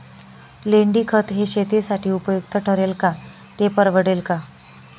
लेंडीखत हे शेतीसाठी उपयुक्त ठरेल का, ते परवडेल का?